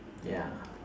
ya